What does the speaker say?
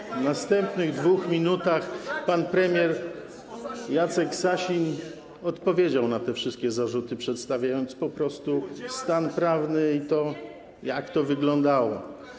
Po czym po następnych 2 minutach pan premier Jacek Sasin odpowiedział na te wszystkie zarzuty, przedstawiając po prostu stan prawny i to, jak to wyglądało.